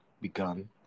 begun